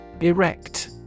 Erect